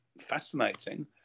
fascinating